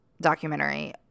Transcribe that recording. documentary